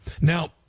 Now